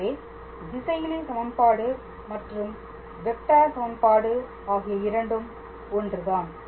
எனவே திசையிலி சமன்பாடு மற்றும் வெக்டார் சமன்பாடு ஆகிய இரண்டும் ஒன்றுதான்